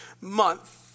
month